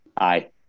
Aye